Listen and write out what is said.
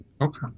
Okay